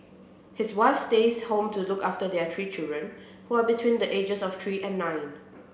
his wife stays home to look after their three children who are between the ages of three and nine